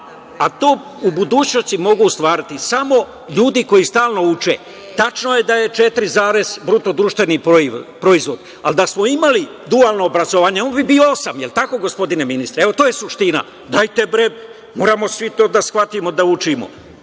a to u budućnosti mogu ostvariti samo ljudi koji stalno uče. Tačno je da BDP 4, nešto, ali da smo imali dualno obrazovanje on bi bio 8, jel tako, gospodine ministre? Evo, to je suština. Dajte, bre, moramo svi to da shvatimo, da učimo.